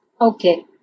Okay